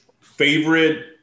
Favorite